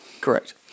Correct